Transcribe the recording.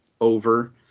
over